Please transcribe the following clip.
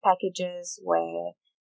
packages where